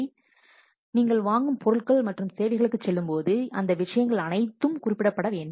எனவே நீங்கள் வாங்கும் பொருட்கள் மற்றும் சேவைகளுக்குச் செல்லும்போது அந்த விஷயங்கள் அனைத்தும் குறிப்பிடப்பட வேண்டும்